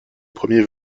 premier